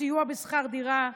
סיוע בשכר דירה,